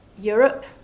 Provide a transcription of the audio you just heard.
Europe